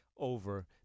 over